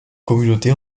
communauté